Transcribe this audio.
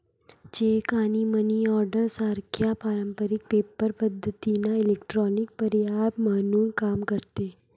check आणि money order सारख्या पारंपारिक पेपर पद्धतींना इलेक्ट्रॉनिक पर्याय म्हणून काम करते